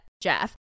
Jeff